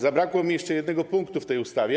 Zabrakło mi jeszcze jednego punktu w tej ustawie.